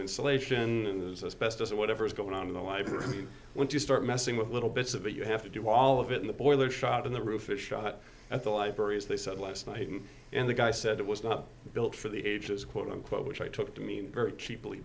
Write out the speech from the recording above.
insulation is as best as a whatever's going on in the life when you start messing with little bits of it you have to do all of it in the boiler shot in the roof is shot at the library as they said last night and the guy said it was not built for the ages quote unquote which i took to mean very cheaply